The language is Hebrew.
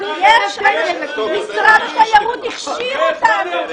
משרד התיירות הכשיר אותנו.